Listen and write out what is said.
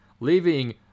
leaving